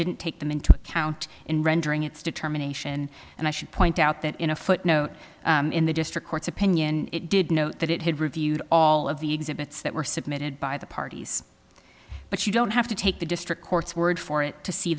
didn't take them into account in rendering its determination and i should point out that in a footnote in the district court's opinion it did know that it had reviewed all of the exhibits that were submitted by the parties but you don't have to take the district court's word for it to see